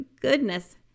goodness